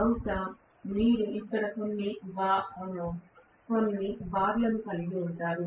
బహుశా మీరు ఇక్కడ కొన్ని బార్లను కలిగి ఉంటారు